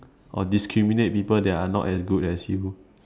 or discriminate people they are not as good as you